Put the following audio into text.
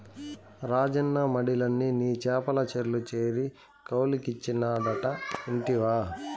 రాజన్న మడిలన్ని నీ చేపల చెర్లు చేసి కౌలుకిచ్చినాడట ఇంటివా